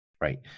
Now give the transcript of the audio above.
Right